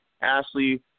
ashley